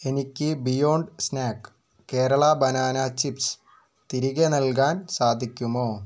എനിക്ക് Beyond Snack Kerala banana chips തിരികെ നൽകാൻ സാധിക്കുമോ